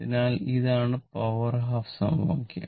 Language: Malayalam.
അതിനാൽഇതാണ് പവർ ഹാഫ് സമവാക്യം